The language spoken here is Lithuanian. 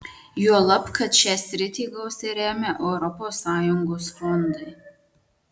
juolab kad šią sritį gausiai remia europos sąjungos fondai